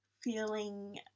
feeling